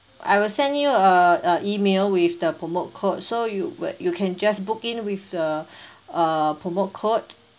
I will send you a a email with the promote code so you you can just book in with the uh promote code